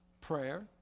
prayer